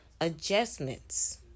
adjustments